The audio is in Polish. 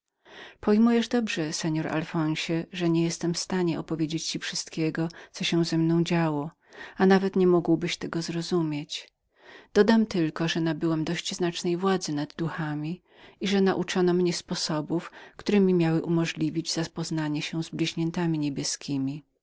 pojmujesz dobrze że niejestem w stanie wypowiedzenia ci wszystkiego co się ze mną działo a nawet nie mógłbyś tego zrozumieć dodam tylko że nabyłam dość silnej władzy nad duchami i że nauczono mnie środków zapoznania się z bliźniętami niebieskiemi